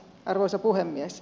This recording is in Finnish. arvoisa puhemies